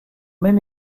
même